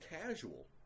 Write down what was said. casual